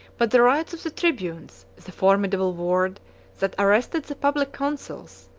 but the rights of the tribunes, the formidable word that arrested the public counsels,